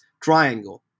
triangle